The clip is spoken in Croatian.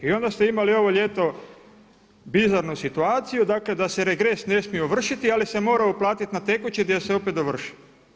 I onda ste imali ovo ljeto bizarnu situaciju dakle da se regres ne smije ovršiti ali se morao uplatiti na tekući gdje se opet ovršio.